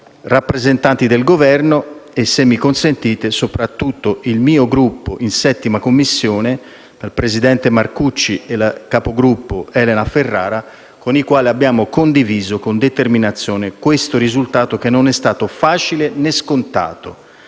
rappresentanti del Governo e, se mi consentite, soprattutto il mio Gruppo in 7a Commissione, il presidente Marcucci e la capogruppo Elena Ferrara, con i quali abbiamo condiviso con determinazione questo risultato, che non è stato facile né scontato,